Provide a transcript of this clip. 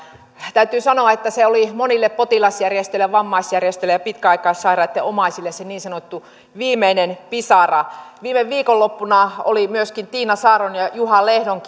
täytyy sanoa että se oli monille potilasjärjestöille ja vammaisjärjestöille ja pitkäaikaissairaitten omaisille se niin sanottu viimeinen pisara viime viikonloppuna oli myöskin tiina saarron ja juho lehdon